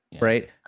right